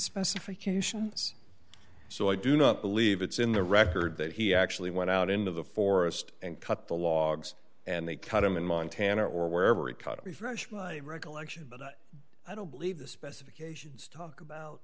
specifications so i do not believe it's in the record that he actually went out into the forest and cut the logs and they cut him in montana or wherever it cut refresh my recollection but i don't believe the specifications talk about